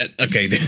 Okay